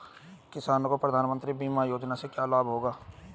किसानों को प्रधानमंत्री बीमा योजना से क्या लाभ होगा?